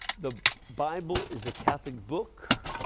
the bible is a catholic book.